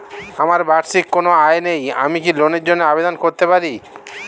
আমার বার্ষিক কোন আয় নেই আমি কি লোনের জন্য আবেদন করতে পারি?